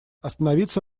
остановиться